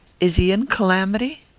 is he in calamity?